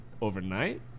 overnight